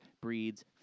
breeds